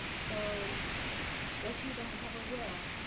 so if you don't have a will,